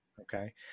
Okay